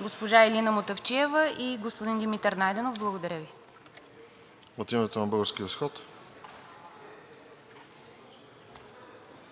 госпожа Илина Мутафчиева и господин Димитър Найденов. Благодаря Ви. ПРЕДСЕДАТЕЛ РОСЕН